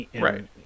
right